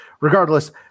regardless